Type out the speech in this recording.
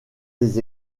des